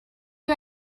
you